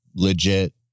legit